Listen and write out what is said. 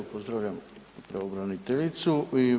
Pozdravljam pravobraniteljicu.